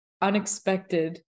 unexpected